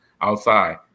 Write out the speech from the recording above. outside